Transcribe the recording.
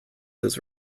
his